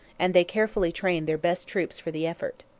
and they carefully trained their best troops for the effort.